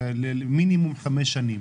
למינימום 5 שנים?